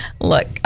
look